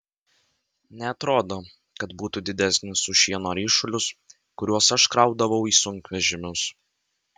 neatrodo kad būtų didesnis už šieno ryšulius kuriuos aš kraudavau į sunkvežimius